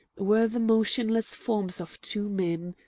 were the motionless forms of two men.